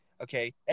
okay